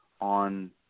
on –